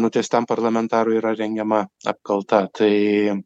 nuteistam parlamentarui yra rengiama apkalta tai